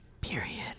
Period